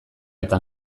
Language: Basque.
eta